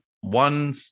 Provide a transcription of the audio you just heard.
one